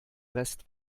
rest